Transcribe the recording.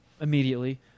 immediately